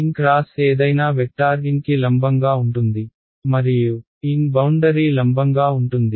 n cross ఏదైనా vector n కి లంబంగా ఉంటుంది మరియు n బౌండరీ లంబంగా ఉంటుంది